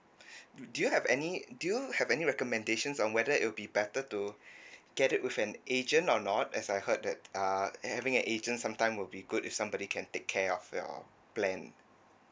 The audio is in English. do you have any do you have any recommendations on whether it'll be better to get it with an agent or not as I heard that err having an agent sometimes will be good if somebody can take care of your plan